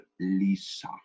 Lisa